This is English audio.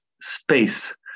space